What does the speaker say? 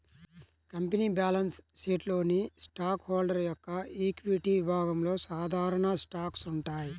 company balance షీట్లోని stock holder యొక్క equity విభాగంలో సాధారణ స్టాక్స్ ఉంటాయి